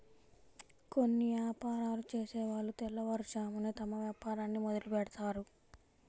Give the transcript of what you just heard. కొన్ని యాపారాలు చేసేవాళ్ళు తెల్లవారుజామునే తమ వ్యాపారాన్ని మొదలుబెడ్తారు